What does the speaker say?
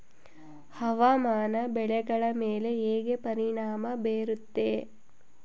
ಹವಾಮಾನ ಬೆಳೆಗಳ ಮೇಲೆ ಹೇಗೆ ಪರಿಣಾಮ ಬೇರುತ್ತೆ?